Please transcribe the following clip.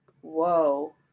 whoa